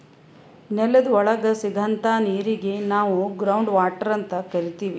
ನೆಲದ್ ಒಳಗ್ ಸಿಗಂಥಾ ನೀರಿಗ್ ನಾವ್ ಗ್ರೌಂಡ್ ವಾಟರ್ ಅಂತ್ ಕರಿತೀವ್